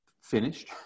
finished